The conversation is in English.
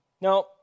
Now